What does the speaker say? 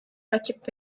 rakip